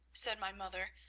said my mother,